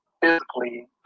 physically